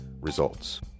Results